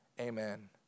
Amen